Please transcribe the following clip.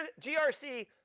GRC